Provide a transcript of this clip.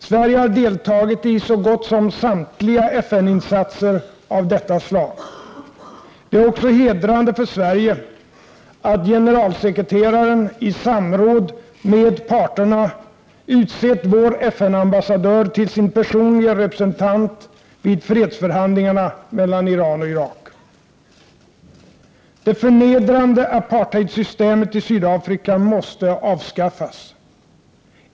Sverige har deltagit i så gott som samtliga FN insatser av detta slag. Det är också hedrande för Sverige att generalsekreteraren, i samråd med parterna, utsett vår FN-ambassadör till sin personlige representant vid fredsförhandlingarna mellan Iran och Irak. Det förnedrande apartheidsystemet i Sydafrika måste avskaffas.